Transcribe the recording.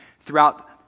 throughout